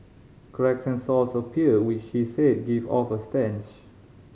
cracks and sores appear which she said give off a stench